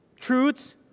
truths